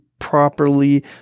properly